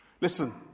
Listen